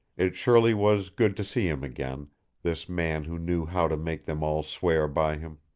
it surely was good to see him again this man who knew how to make them all swear by him.